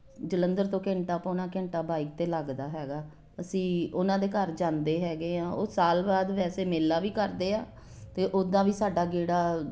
ਜਲੰਧਰ ਤੋਂ ਘੰਟਾ ਪੋਣਾ ਘੰਟਾ ਬਾਈਕ 'ਤੇ ਲੱਗਦਾ ਹੈਗਾ ਅਸੀਂ ਉਹਨਾਂ ਦੇ ਘਰ ਜਾਂਦੇ ਹੈਗੇ ਹਾਂ ਉਹ ਸਾਲ ਬਾਅਦ ਵੈਸੇ ਮੇਲਾ ਵੀ ਕਰਦੇ ਆ ਅਤੇ ਉੱਦਾਂ ਵੀ ਸਾਡਾ ਗੇੜਾ